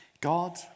God